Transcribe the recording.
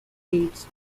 leads